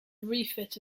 refit